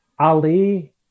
Ali